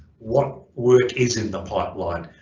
what work is in the pipeline,